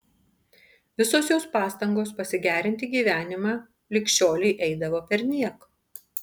visos jos pastangos pasigerinti gyvenimą lig šiolei eidavo perniek